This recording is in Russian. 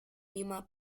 мимо